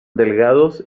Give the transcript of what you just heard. delgados